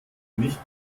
nicht